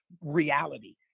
reality